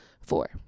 Four